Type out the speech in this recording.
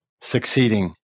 succeeding